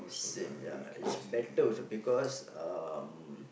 same yeah it's better also because um